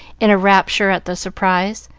in a rapture at the surprise,